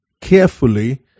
carefully